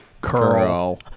Curl